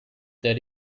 that